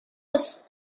was